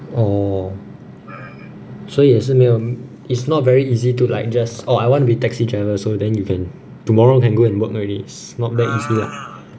orh 所以是没有 is not very easy to like just orh I want to be taxi driver so then you can tomorrow you can go and work already [what]